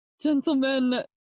Gentlemen